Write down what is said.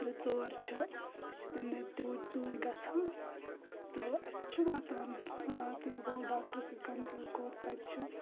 ترٛےٚ ژور چھِ أسہِ چھِ تِمنٕے توٗر تور گَژھان تہٕ اَسہِ چھِ واتان راتٕلۍ بوٚڑ ڈاکٹَر سۭتۍ کَنسَلٹ کٔر تَتہِ چھِ